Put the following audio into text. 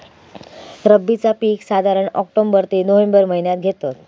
रब्बीचा पीक साधारण ऑक्टोबर ते नोव्हेंबर महिन्यात घेतत